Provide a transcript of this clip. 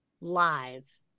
lies